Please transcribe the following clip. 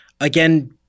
again